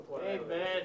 Amen